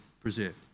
preserved